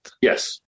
Yes